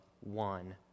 one